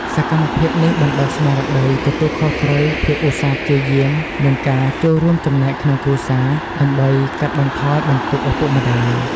សកម្មភាពនេះបណ្ដុះស្មារតីទទួលខុសត្រូវ ភាពឧស្សាហ៍ព្យាយាម និងការចូលរួមចំណែកក្នុងគ្រួសារ ដើម្បីកាត់បន្ថយបន្ទុកឪពុកម្ដាយ។